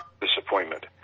disappointment